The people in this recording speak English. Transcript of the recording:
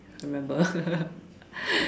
I remember